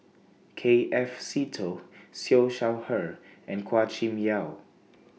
K F Seetoh Siew Shaw Her and Chua Kim Yeow